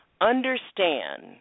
understand